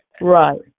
Right